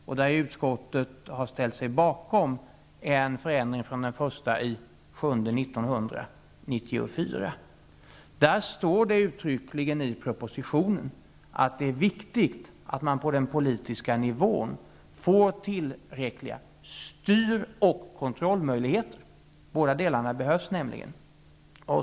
Där har utskottet ställt sig bakom förslaget om en förändring den 1 juli 1994. Det står uttryckligen i propositionen att det är viktigt att man på den politiska nivån får tillräckliga styr och kontrollmöjligheter. Båda delarna behövs nämligen.